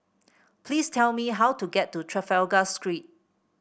please tell me how to get to Trafalgar Street